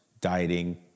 dieting